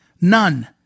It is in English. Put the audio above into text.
None